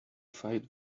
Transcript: fight